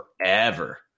forever